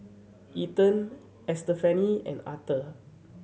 Ethan Estefany and Arthur